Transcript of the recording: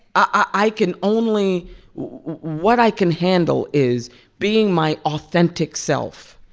i can only what i can handle is being my authentic self.